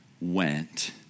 went